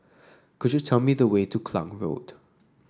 could you tell me the way to Klang Road